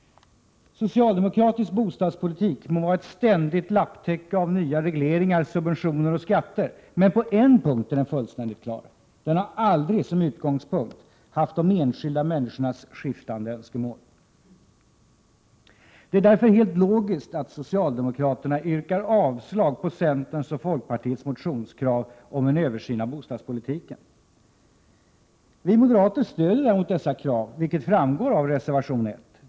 Socialdemokratisk bostadspolitik må vara ett ständigt lapptäcke av nya regleringar, subventioner och skatter, men på en punkt är den fullständigt klar: den har aldrig som utgångspunkt haft de enskilda människornas skiftande önskemål. Det är därför helt logiskt att socialdemokraterna yrkar avslag på centerns och folkpartiets motionskrav om en översyn av bostadspolitiken. Vi moderater stödjer däremot dessa krav, vilket framgår av reservation 1.